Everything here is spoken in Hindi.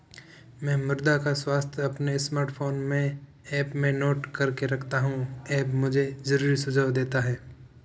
मैं मृदा का स्वास्थ्य अपने स्मार्टफोन में ऐप में नोट करके रखता हूं ऐप मुझे जरूरी सुझाव देता है